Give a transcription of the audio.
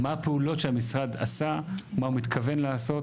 מה הפעולות שהמשרד עשה, מה הוא מתכוון לעשות.